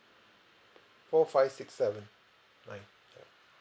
four five six seven nine ya